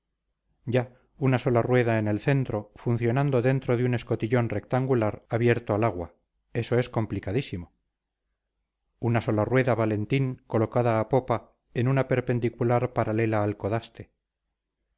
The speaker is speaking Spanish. ya una sola rueda en el centro funcionando dentro de un escotillón rectangular abierto al agua eso es complicadísimo una sola rueda valentín colocada a popa en una perpendicular paralela al codaste